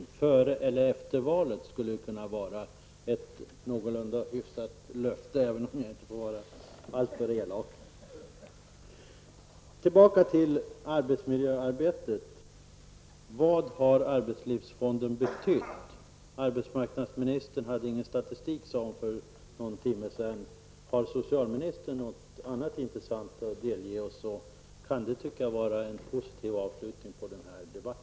En någorlunda hygglig tidsangivelse skulle kunna vara före eller efter valet -- låt mig säga det utan att vara alltför elak. Tillbaka till arbetsmiljöarbetet. Vad har arbetslivsfonden betytt? Arbetsmarknadsministern hade ingen statistik, sade hon för någon timme sedan. Har socialministern något annat intressant att delge oss, så kan det bli en positiv avslutning på denna debatt.